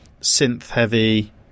synth-heavy